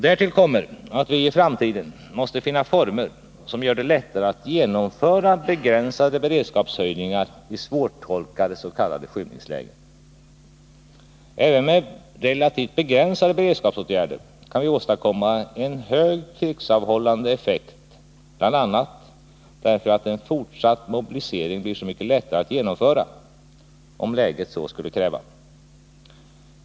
Därtill kommer att vi i framtiden måste finna former som gör det lättare att genomföra begränsade beredskapshöjningar i svårtolkade s.k. skymningslägen. Även med relativt begränsade beredskapsåtgärder kan vi åstadkomma en hög krigsavhållande effekt, bl.a. därför att en fortsatt mobilisering blir så mycket lättare att genomföra om läget så skulle kräva.